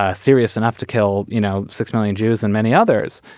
ah serious enough to kill you know six million jews and many others.